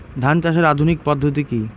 ধান চাষের আধুনিক পদ্ধতি কি?